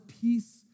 peace